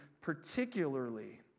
particularly